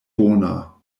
bona